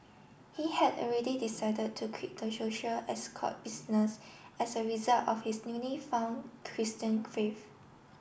he had already decided to quit the social escort business as a result of his newly found Christian faith